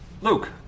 Luke